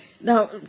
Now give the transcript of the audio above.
Now